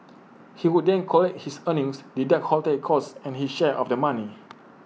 he would then collect his earnings deduct hotel costs and his share of the money